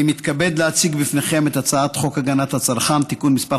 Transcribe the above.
אני מתכבד להציג בפניכם את הצעת חוק הגנת הצרכן (תיקון מס,